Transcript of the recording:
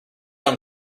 gone